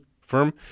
firm